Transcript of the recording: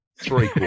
three